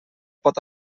pot